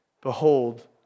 Behold